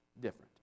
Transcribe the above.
different